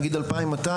נגיד 2,200,